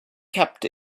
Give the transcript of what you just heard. kept